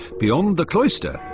beyond the cloister,